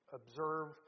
observe